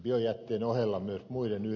biojätteen ohella myös muiden